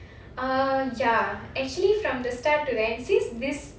err ya actually from the start to the end since this